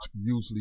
usually